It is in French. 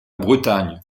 bretagne